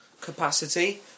capacity